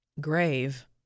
grave